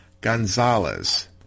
Gonzalez